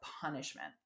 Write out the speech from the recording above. punishment